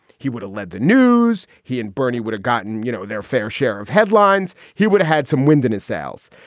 he would've led the news. he and bernie would have gotten you know their fair share of headlines. he would've had some wind in his sails.